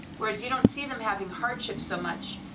where as you don't see them having hardship so much,